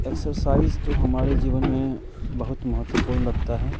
exercise तो हमारे जीवन में बहुत महत्वपूर्ण रखता है